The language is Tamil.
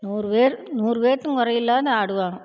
நூறு பேர் நூறு பேர்த்துக்கும் குறையில்லாத ஆடுவாங்க